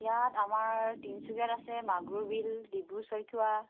ইয়াত আমাৰ তিনিচুকীয়াত আছে মাগুৰী বিল ডিব্ৰু চৈখোৱা